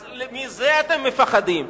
אז מזה אתם מפחדים.